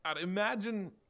imagine